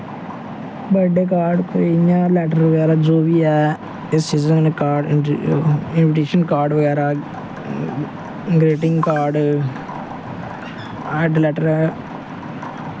birthday card कोेई इ'यां letter बगैरा जो बी ऐ इस चीजा दे कार्ड इनविटेशन कार्ड बगैरा ग्रीटिंग कार्ड हैड्ड लैटर ऐ